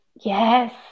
Yes